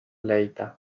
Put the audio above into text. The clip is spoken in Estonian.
leida